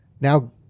now –